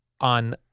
on